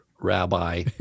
rabbi